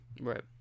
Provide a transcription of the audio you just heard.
Right